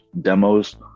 demos